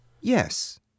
Yes